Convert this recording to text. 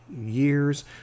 years